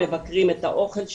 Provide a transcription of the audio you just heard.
מבקרים את האוכל שלי,